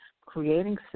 creating